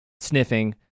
Sniffing